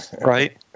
right